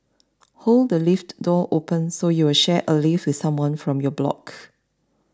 hold the lift door open so you'll share a lift with someone from your block